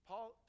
Paul